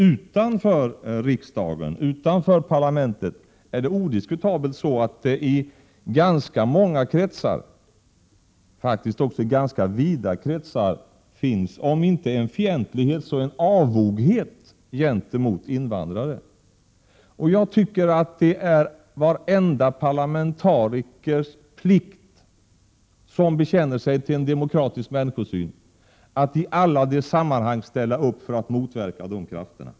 Utanför parlamentet däremot finns odiskutabelt i ganska många och tämligen vida kretsar om inte fientlighet så åtminstone avoghet gentemot invandrare. Det är en plikt för varenda Prot. 1987/88:133 parlamentariker som bekänner sig till en demokratisk människosyn att i alla olika sammanhang ställa upp för att motverka sådana krafter.